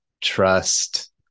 trust